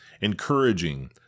encouraging